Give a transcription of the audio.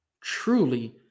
truly